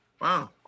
Wow